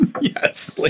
Yes